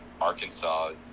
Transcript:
Arkansas